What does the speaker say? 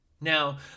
Now